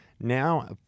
Now